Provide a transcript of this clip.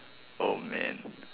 oh man